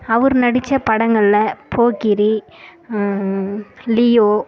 அவர் நடித்த படங்களில் போக்கிரி லியோ